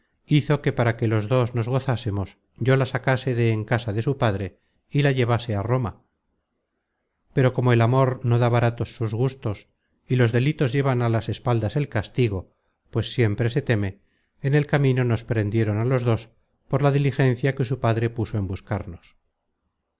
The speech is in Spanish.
hizo que para que los dos nos gozásemos yo la sacase de en casa de su padre y la llevase á roma pero como el amor no da baratos sus gustos y los delitos llevan á las espaldas el castigo pues siempre se teme en el camino nos prendieron a los dos por la diligencia que su padre puso en buscarnos